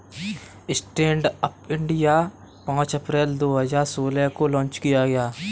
stand up India पांच अप्रैल दो हजार सोलह को लॉन्च किया गया